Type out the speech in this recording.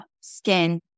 skin